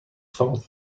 thought